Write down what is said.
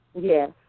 Yes